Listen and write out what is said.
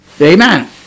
Amen